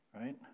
right